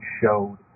showed